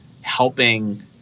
helping